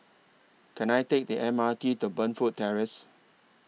Can I Take The M R T to Burnfoot Terrace